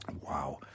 Wow